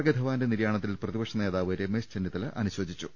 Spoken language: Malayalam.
കെ ധവാന്റെ നിര്യാണത്തിൽ പ്രതിപക്ഷ നേതാവ് രമേശ് ചെന്നിത്തല അനുശോചിച്ചു